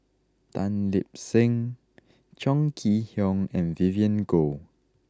Tan Lip Seng Chong Kee Hiong and Vivien Goh